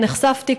נחשפתי,